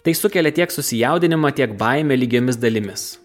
tai sukelia tiek susijaudinimą tiek baimę lygiomis dalimis